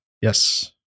Yes